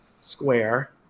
square